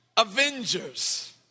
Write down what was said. avengers